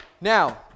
Now